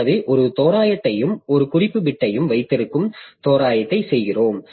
எனவே ஒரு தோராயத்தையும் ஒரு குறிப்பு பிட்டையும் வைத்திருக்கும் தோராயத்தை செய்கிறோம்